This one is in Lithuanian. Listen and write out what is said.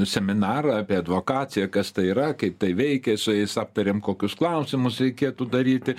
seminarą apie advokaciją kas tai yra kaip tai veikia su jais aptarėm kokius klausimus reikėtų daryti